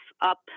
up